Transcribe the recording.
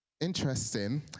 interesting